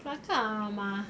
kelakar lah mama